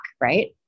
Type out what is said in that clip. Right